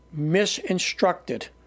misinstructed